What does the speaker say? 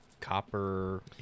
copper